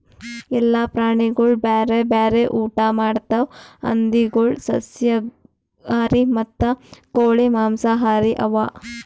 ಎಲ್ಲ ಪ್ರಾಣಿಗೊಳ್ ಬ್ಯಾರೆ ಬ್ಯಾರೆ ಊಟಾ ಮಾಡ್ತಾವ್ ಹಂದಿಗೊಳ್ ಸಸ್ಯಾಹಾರಿ ಮತ್ತ ಕೋಳಿ ಮಾಂಸಹಾರಿ ಅವಾ